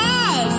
Yes